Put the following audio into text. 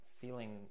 feeling